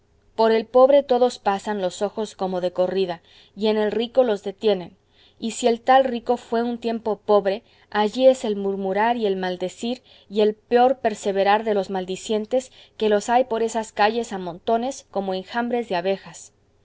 por el pobre todos pasan los ojos como de corrida y en el rico los detienen y si el tal rico fue un tiempo pobre allí es el murmurar y el maldecir y el peor perseverar de los maldicientes que los hay por esas calles a montones como enjambres de abejas